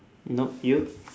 nope you